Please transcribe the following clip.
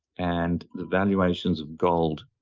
and the valuations of gold